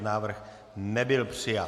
Návrh nebyl přijat.